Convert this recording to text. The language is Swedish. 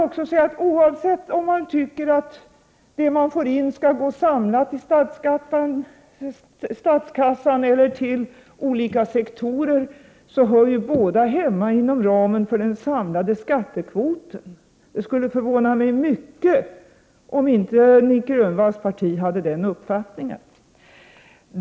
Oavsett om man tycker att det som man får in skall gå samlat till statskassan eller till olika sektorer, hör ju båda hemma inom ramen för den samlade skattekvoten. Det skulle förvåna mig mycket om inte Nic Grönvalls parti hade den uppfattningen.